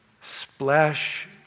splash